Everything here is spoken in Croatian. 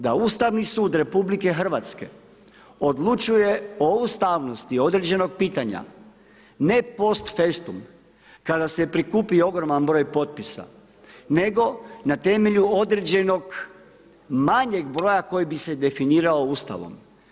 Da Ustavni sud RH odlučuje o ustavnosti određenog pitanje ... kada se prikupi ogroman broj potpisa nego na temelju određenog manjeg broja koji bi se definirao Ustavom.